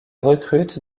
recrutent